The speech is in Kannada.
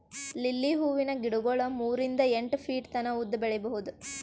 ಲಿಲ್ಲಿ ಹೂವಿನ ಗಿಡಗೊಳ್ ಮೂರಿಂದ್ ಎಂಟ್ ಫೀಟ್ ತನ ಉದ್ದ್ ಬೆಳಿಬಹುದ್